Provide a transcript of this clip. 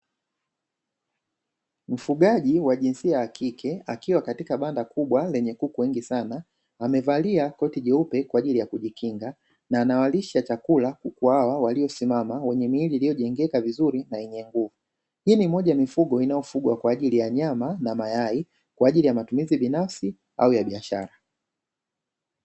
Mfugaji wa jinsia ya kike akiwa katika banda kubwa lenye kuku wengi sana wamevalia koti jeupe kwa ajili ya kujikinga na anawalisha chakula kuku hawa waliosimama wenye miili iliyojengeka vizuri na yenye nguvu. Hii ni moja ya mifugo inayofugwa kwa ajili ya nyama na mayai kwa ajili ya matumizi binafsi au ya biashara.